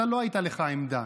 לך לא הייתה עמדה.